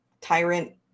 tyrant-